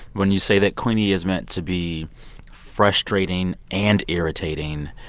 when you say that queenie is meant to be frustrating and irritating,